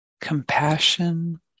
compassion